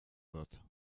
wird